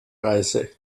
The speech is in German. reise